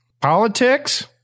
Politics